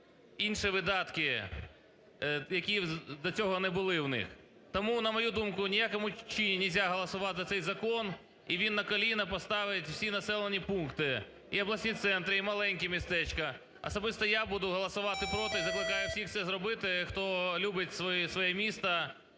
інші видатки, які до цього не були в них. Тому, на мою думку, ні в якому разі не можна голосувати за цей закон і він на коліна поставить всі населені пункти і обласні центри, і маленькі містечка. Особисто я буду голосувати проти і закликаю всіх це зробити, хто любить своє місто,